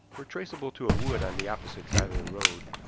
were traceable to a wood on the opposite side of the road,